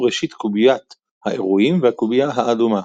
ראשית קוביית האירועים והקובייה האדומה,